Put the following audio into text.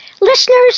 Listeners